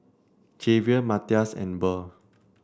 Javier Matias and Burl